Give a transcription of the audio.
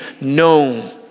known